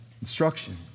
instruction